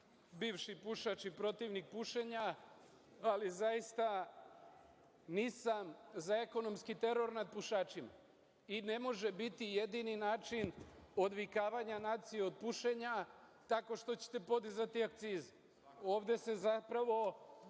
bivši pušač i protivnik pušenja, ali zaista nisam za ekonomski teror nad pušačima i ne može biti jedini način odvikavanja nacija od pušenja tako što ćete podizati akcizu. Ovde se zapravo